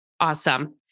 Awesome